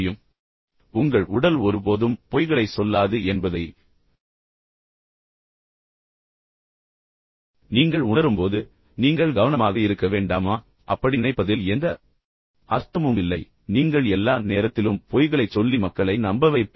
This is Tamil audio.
எனவே உங்கள் உடல் ஒருபோதும் பொய்களைச் சொல்லாது என்பதை நீங்கள் உணரும்போது நீங்கள் கவனமாக இருக்க வேண்டாமா அப்படி நினைப்பதில் எந்த அர்த்தமும் இல்லை நீங்கள் எல்லா நேரத்திலும் பொய்களைச் சொல்லி மக்களை நம்ப வைப்பீர்கள்